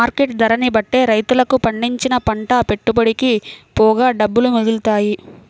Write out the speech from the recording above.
market ధరని బట్టే రైతులకు పండించిన పంట పెట్టుబడికి పోగా డబ్బులు మిగులుతాయి